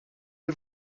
les